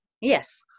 yes